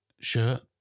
shirt